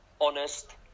honest